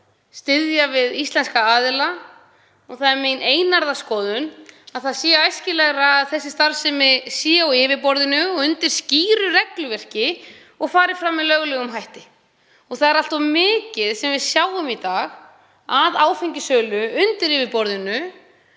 styðja við íslenska aðila og það er mín einarða skoðun að það sé æskilegra að þessi starfsemi sé á yfirborðinu og undir skýru regluverki og fari fram með löglegum hætti. Í dag fer allt of mikið af áfengissölu fram undir yfirborðinu,